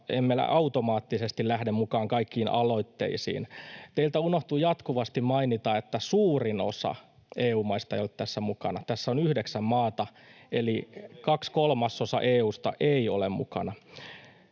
emme automaattisesti lähde mukaan kaikkiin aloitteisiin. Teiltä unohtuu jatkuvasti mainita, että suurin osa EU-maista ei ole tässä mukana — tässä on yhdeksän maata, eli kaksi kolmasosaa EU:sta ei ole mukana.